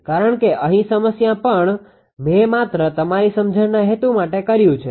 કારણ કે અહીં સમસ્યામાં પણ મે માત્ર તમારી સમજણના હેતુ માટે કર્યું છે